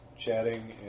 Chatting